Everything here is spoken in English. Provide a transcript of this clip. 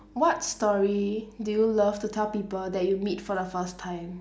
what story do you love to tell people that you meet for the first time